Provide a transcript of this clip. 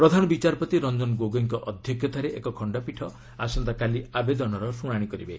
ପ୍ରଧାନ ବିଚାରପତି ରଞ୍ଜନ୍ ଗୋଗୋଇଙ୍କ ଅଧ୍ୟକ୍ଷତାରେ ଏକ ଖଣ୍ଡପୀଠ ଆସନ୍ତାକାଲି ଆବେଦନର ଶୁଣାଣି କରିବେ